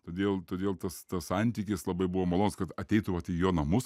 todėl todėl tas tas santykis labai buvo malonus kad ateitų vat į jo namus